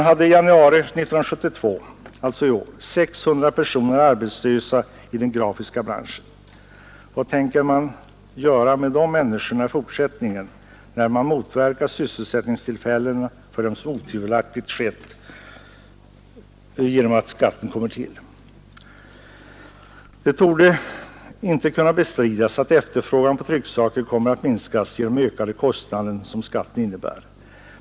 I januari i år var 600 personer arbetslösa i den grafiska branschen. Vad tänker man göra med de människorna i fortsättningen, när man motverkar sysselsättningstillfällena för dem, vilket otvivelaktigt sker genom att skatten kommer till? Det torde ej kunna bestridas att efterfrågan på trycksaker kommer att minska genom den ökade kostnad som skatten innebär.